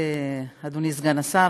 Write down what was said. אדוני סגן השר,